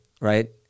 right